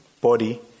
body